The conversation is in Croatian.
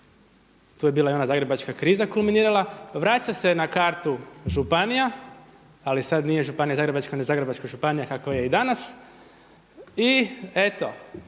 tu je bila i ona zagrebačka kriza kulminirala, vraća se na kartu županija, ali sada nije županija zagrebačka, nego Zagrebačka županija kakva je i danas i eto